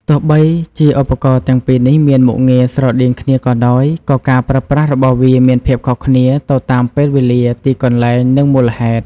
ទោះបីជាឧបករណ៍ទាំងពីរនេះមានមុខងារស្រដៀងគ្នាក៏ដោយ ក៏ការប្រើប្រាស់របស់វាមានភាពខុសគ្នាទៅតាមពេលវេលា ទីកន្លែង និងមូលហេតុ។